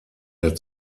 der